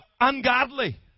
ungodly